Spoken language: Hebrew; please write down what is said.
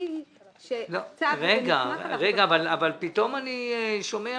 פתאום אני שומע